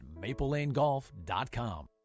MapleLaneGolf.com